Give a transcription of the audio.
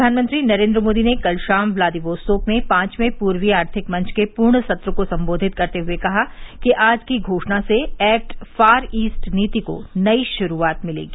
प्रधानमंत्री नरेन्द्र मोदी ने कल शाम ब्लादिवोस्तोक में पांचवे पूर्वी आर्थिक मंच के पूर्ण सत्र को संबोधित करते हुए कहा कि आज की घोषणा से एक्ट फार ईस्ट नीति को नई शुरूआत मिलेगी